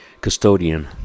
custodian